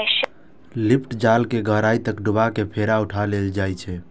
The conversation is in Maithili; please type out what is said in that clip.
लिफ्ट जाल कें गहराइ तक डुबा कें फेर उठा लेल जाइ छै